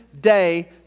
day